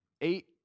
eight